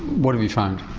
what have you found?